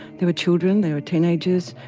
there were children, there were teenagers,